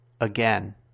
again